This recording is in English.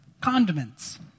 Condiments